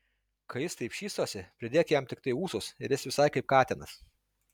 kai jis taip šypsosi pridėk jam tiktai ūsus ir jis visai kaip katinas